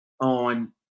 on